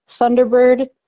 Thunderbird